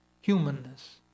humanness